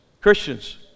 Christians